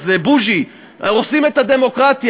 אז בוז'י: הורסים את הדמוקרטיה,